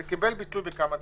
זה קיבל ביטוי בכמה דברים.